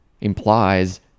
implies